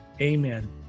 Amen